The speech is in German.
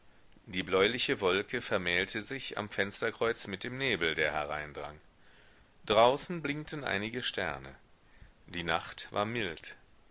die bläuliche wolke vermählte sich am fensterkreuz mit dem nebel der hereindrang draußen blinkten einige sterne die nacht war mild